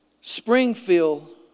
Springfield